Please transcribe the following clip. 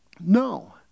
No